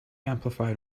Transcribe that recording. amplifier